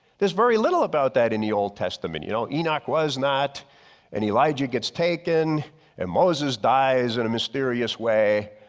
there's very little about that in the old testament. you know enoch was not and elijah gets taken and moses dies in a mysterious way,